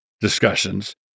discussions